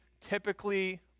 typically